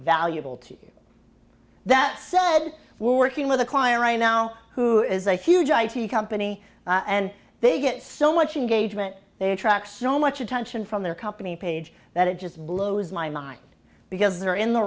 valuable to you that said we're working with a client right now who is a huge i t company and they get so much engaged when they attract so much attention from their company page that it just blows my mind because they're in the